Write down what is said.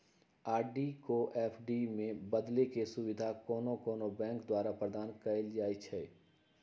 RD को FD में बदलेके सुविधा कोनो कोनो बैंके द्वारा प्रदान कएल जाइ छइ